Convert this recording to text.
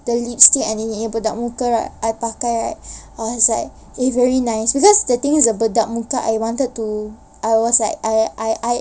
the lipstick and bedak muka right I pakai right !wah! it's like eh very nice because the thing is like bedak muka I wanted to I was like I I I